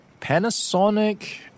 Panasonic